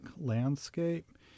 landscape